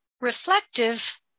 reflective